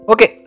Okay